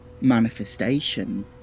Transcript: manifestation